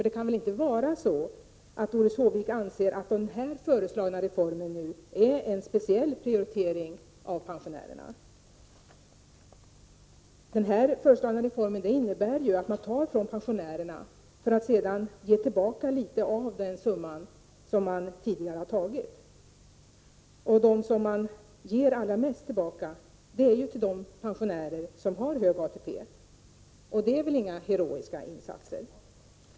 Det kan väl inte vara så att Doris Håvik anser att den nu föreslagna reformen innebär en prioritering av pensionärerna? Den föreslagna reformen innebär ju att staten tar från pensionärerna för att sedan ge tillbaka litet av det den tidigare tagit. De som får allra mest tillbaka är de pensionärer som har hög ATP. Det är här inte fråga om några heroiska insatser!